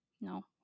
no